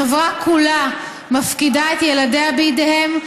החברה כולה מפקידה את ילדיה בידיהם,